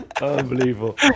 Unbelievable